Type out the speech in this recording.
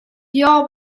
jag